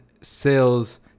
sales